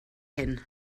hyn